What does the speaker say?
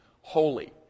holy